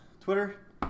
Twitter